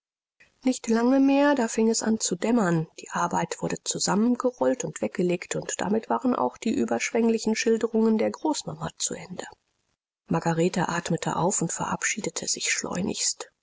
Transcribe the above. nicht lange mehr da fing es an zu dämmern die arbeit wurde zusammengerollt und weggelegt und damit waren auch die überschwenglichen schilderungen der großmama zu ende margarete atmete auf und verabschiedete sich schleunigst